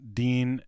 dean